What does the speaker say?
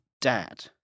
dad